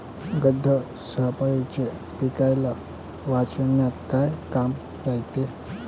गंध सापळ्याचं पीकाले वाचवन्यात का काम रायते?